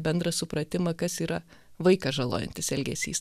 bendrą supratimą kas yra vaiką žalojantis elgesys